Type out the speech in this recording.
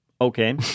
Okay